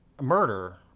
murder